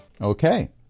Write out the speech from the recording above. Okay